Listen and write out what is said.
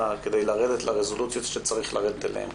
כדי לרדת לרזולוציות שצריך לרדת אליהן.